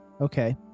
Okay